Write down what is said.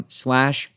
slash